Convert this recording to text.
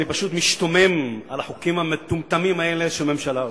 אני פשוט משתומם מהחוקים המטומטמים האלה שהממשלה עושה.